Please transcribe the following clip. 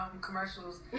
commercials